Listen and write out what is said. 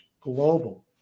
global